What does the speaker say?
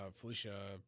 Felicia